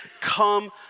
come